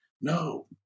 No